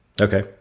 Okay